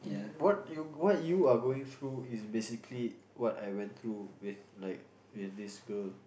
what you what you are going through is basically what I went through with like with this girl